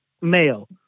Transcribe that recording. male